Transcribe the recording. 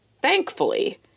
Thankfully